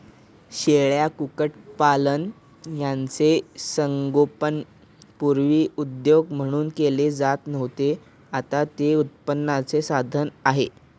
शेळ्या, कुक्कुटपालन यांचे संगोपन पूर्वी उद्योग म्हणून केले जात नव्हते, आता ते उत्पन्नाचे साधन आहे